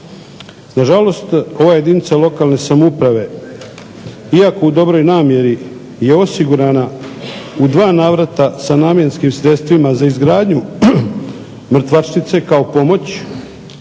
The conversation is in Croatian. Nažalost, ova jedinica lokalne samouprave, iako u dobroj namjeri, je osigurana u dva navrata sa namjenskim sredstvima za izgradnju mrtvačnice kao pomoć,